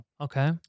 Okay